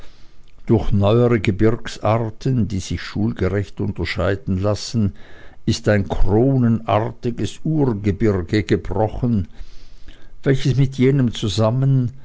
durch neuere gebirgsarten die sich schulgerecht unterscheiden lassen ist ein kronenartiges urgebirge gebrochen welches mit jenen zusammen